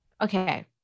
Okay